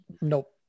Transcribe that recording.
Nope